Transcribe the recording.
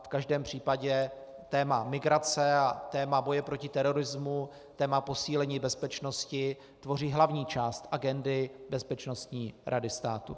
V každém případě téma migrace a téma boje proti terorismu, téma posílení bezpečnosti tvoří hlavní část agendy Bezpečnostní rady státu.